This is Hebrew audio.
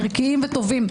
ערכיים טובים,